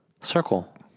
Circle